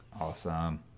Awesome